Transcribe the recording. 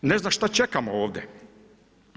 Ne znam šta čekamo ovdje.